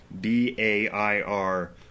B-A-I-R